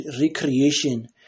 recreation